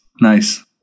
Nice